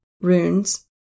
runes